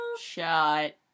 Shut